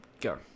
go